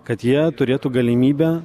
kad jie turėtų galimybę